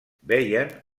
veien